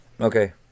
Okay